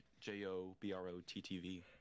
J-O-B-R-O-T-T-V